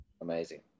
Amazing